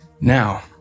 Now